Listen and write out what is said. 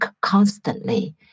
constantly